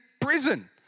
prison